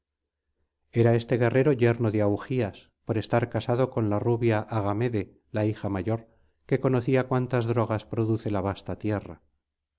era este guerrero yerno de augías por estar casado con la rubia agamede la hija mayor que conocía cuantas drogas produce la vasta tierra